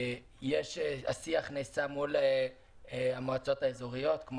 השיח נעשה מול המועצות האזוריות.